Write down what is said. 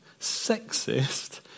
sexist